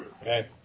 Okay